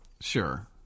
Sure